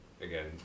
again